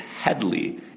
Headley